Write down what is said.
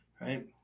right